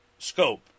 scope